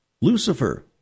Lucifer